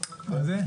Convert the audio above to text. קדימה.